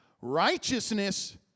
Righteousness